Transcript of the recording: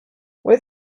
with